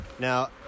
Now